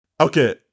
Okay